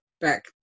back